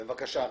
בבקשה.